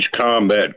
combat